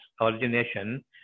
origination